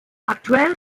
aktuell